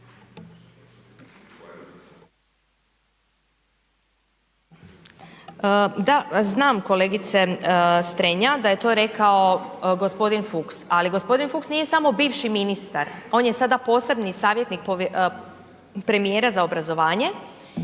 Da, znam kolegice Strenja da je to rekao gospodin Fuchs, ali gospodin Fuchs nije samo bivši ministar, on je sada posebni savjetnik premijera za obrazovanje